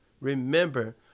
remember